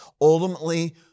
Ultimately